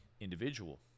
individual